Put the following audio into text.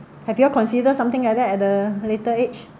have you all consider something like that at the later age